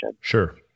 Sure